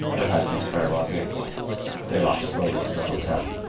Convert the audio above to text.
her husband's farewell gift they walked slowly to the hotel.